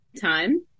time